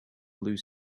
blue